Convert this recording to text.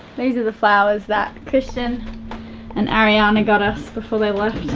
these are the flowers that christian and ariana got us before they left,